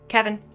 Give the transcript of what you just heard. Kevin